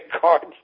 cards